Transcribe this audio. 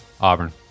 Auburn